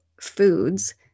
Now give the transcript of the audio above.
foods